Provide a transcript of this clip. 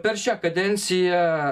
per šią kadenciją